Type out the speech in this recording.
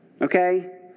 okay